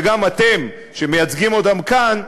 וגם אתם שמייצגים אותם כאן,